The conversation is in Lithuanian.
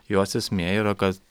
jos esmė yra kad